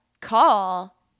call